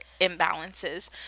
imbalances